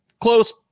close